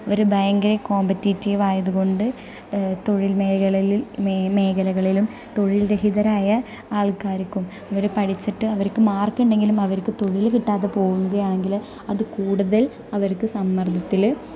അവർ ഭയങ്കര കോംപറ്റിറ്റീവ് ആയതുകൊണ്ട് തൊഴിൽ മേഖലകളിൽ മേഖലകളിലും തൊഴിൽ രഹിതരായ ആൾക്കാർക്കും അവർ പഠിച്ചിട്ട് അവർക്ക് മാർക്ക് ഉണ്ടെങ്കിലും അവർക്ക് തൊഴിൽ കിട്ടാതെ പോകുകയാണെങ്കിൽ അത് കൂടുതൽ അവർക്ക് സമ്മർദ്ദത്തിൽ